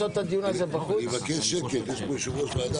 שייכים.